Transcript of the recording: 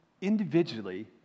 individually